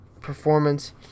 performance